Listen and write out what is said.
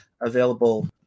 available